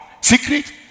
Secret